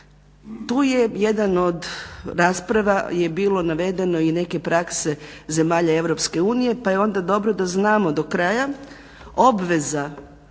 Tu je jedan od rasprava je bilo navedeno i neke prakse zemalja Europske unije pa je onda dobro da znamo do kraja obveza